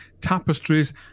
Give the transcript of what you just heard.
tapestries